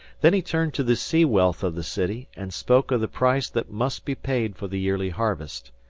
then he turned to the sea-wealth of the city, and spoke of the price that must be paid for the yearly harvest.